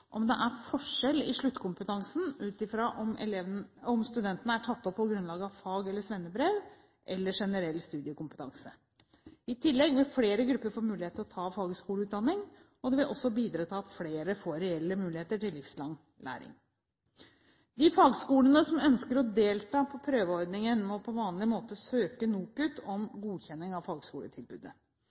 om det er forskjell i sluttkompetansen ut fra om studentene er tatt opp på grunnlag av fag- eller svennebrev eller generell studiekompetanse. I tillegg vil flere grupper få mulighet til å ta fagskoleutdanning, og det vil også bidra til at flere får reelle muligheter til livslang læring. De fagskolene som ønsker å delta i prøveordningen, må på vanlig måte søke NOKUT om godkjenning av fagskoletilbudet.